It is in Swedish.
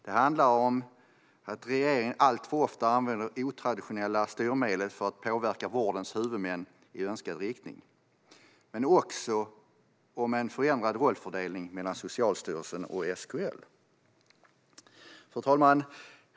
Det handlar om att regeringen alltför ofta använder otraditionella styrmedel för att påverka vårdens huvudmän i önskad riktning. Men det handlar också om en förändrad rollfördelning mellan Socialstyrelsen och SKL. Fru talman!